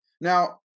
now